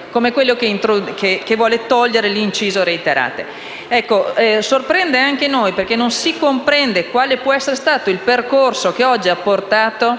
quelli che vogliono togliere la parola «reiterate». Sorprende anche noi, perché non si comprende quale possa essere stato il percorso che oggi ha portato